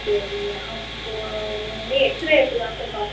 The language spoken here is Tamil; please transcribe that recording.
சரி அப்போது வந்து எக்ஸ்ரே எடுத்துதான் சார் பார்க்கணும்